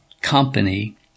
company